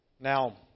Now